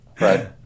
Right